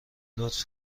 لطف